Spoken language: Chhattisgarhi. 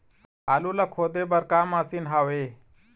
आलू ला खोदे बर का मशीन हावे?